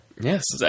Yes